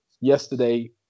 Yesterday